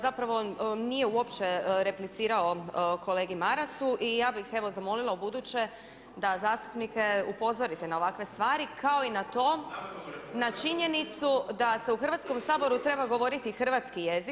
Zapravo nije uopće replicirao kolegi Marasu i ja bih evo zamolila u buduće da zastupnike upozorite na ovakve stvari kao i na to, na činjenicu da se u Hrvatskom saboru treba govoriti Hrvatski jezik.